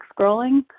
scrolling